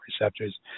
receptors